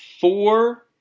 four